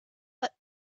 but